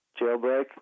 Jailbreak